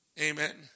Amen